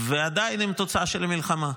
ועדיין הם תוצאה של המלחמה.